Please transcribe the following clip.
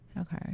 Okay